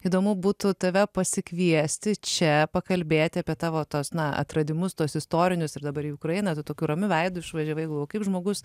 įdomu būtų tave pasikviesti čia pakalbėti apie tavo tuos na atradimus tuos istorinius ir dabar į ukrainą tu tokiu ramiu veidu išvažiavai galvoju kaip žmogus